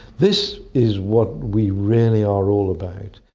this is what we really are all about.